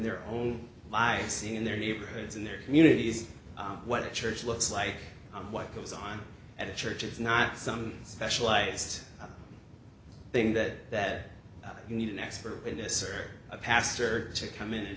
their own lives in their neighborhoods in their communities what the church looks like and what goes on at a church it's not some specialized thing that that you need an expert witness or a pastor to come in and